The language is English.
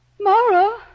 Mara